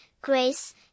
grace